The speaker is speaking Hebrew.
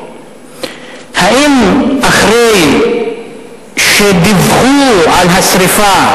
האם אחרי שדיווחו על השרפה